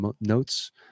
notes